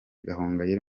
gahongayire